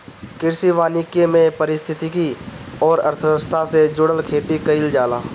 कृषि वानिकी में पारिस्थितिकी अउरी अर्थव्यवस्था से जुड़ल खेती कईल जाला